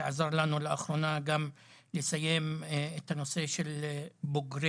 שעזר לנו לאחרונה גם לסיים את הנושא של בוגרי